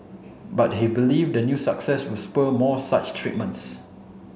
but he believe the new success will spur more such treatments